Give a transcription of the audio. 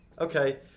okay